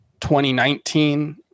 2019